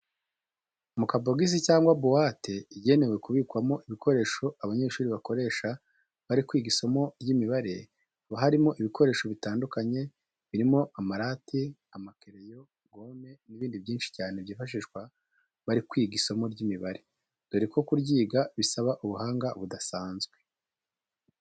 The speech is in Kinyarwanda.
Mu kabogisi cyangwa buwate igenewe kubikwamo ibikoresho abanyeshuri bakoresha bari kwiga isomo ry'imibare, haba harimo ibikoresho bitandukanye birimo amarati, amakereyo, gome n'ibindi byinshi cyane byifashishwa bari kwiga isomo ry'imibare, dore ko kuryiga bisaba ubuhanga budasanzwe.